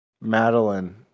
Madeline